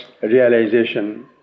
realization